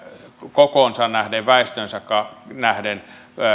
kokoonsa nähden väestöönsä nähden